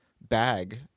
bag